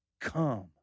come